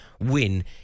win